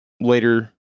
later